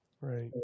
Right